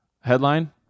headline